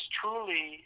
truly